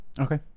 Okay